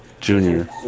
Junior